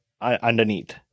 underneath